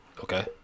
Okay